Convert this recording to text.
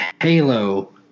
Halo